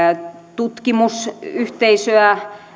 tutkimusyhteisöä